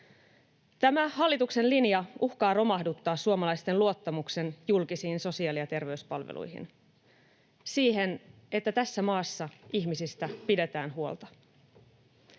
Tämä hallituksen linja uhkaa romahduttaa suomalaisten luottamuksen julkisiin sosiaali- ja terveyspalveluihin, siihen, että tässä maassa ihmisistä pidetään huolta.